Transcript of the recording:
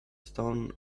stones